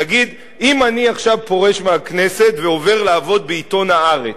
נגיד אם אני עכשיו פורש מהכנסת ועובר לעבוד בעיתון "הארץ",